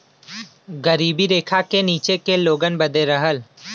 गरीबी रेखा के नीचे के लोगन बदे रहल